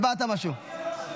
הצבעת למשהו.